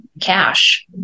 cash